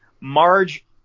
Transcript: Marge